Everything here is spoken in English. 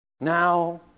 Now